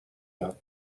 یاد